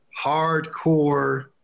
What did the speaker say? Hardcore